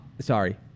sorry